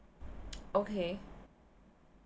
okay